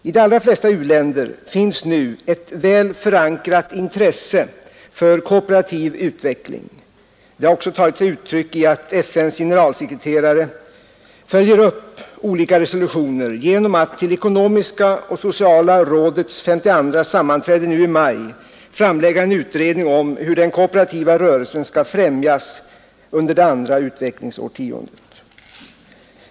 I de allra flesta u-länder finns nu ett väl förankrat intresse för kooperativ utveckling. Det har också tagit sig uttryck i att FN:s generalsekreterare nu följer upp olika resolutioner genom att till ekonomiska och sociala rådets femtioandra sammanträde nu i maj framlägga en utredning om hur den kooperativa rörelsen skall främjas under det andra utvecklingsårtiondet.